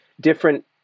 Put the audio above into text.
different